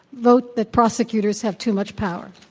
vote that prosecutors have too much power.